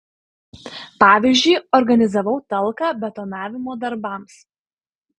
pavyzdžiui organizavau talką betonavimo darbams